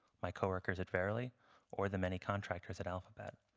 my co-workers at verily or the many contractors at alphabet.